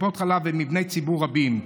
טיפות חלב ומבני ציבור רבים.